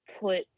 put